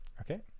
okay